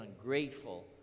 ungrateful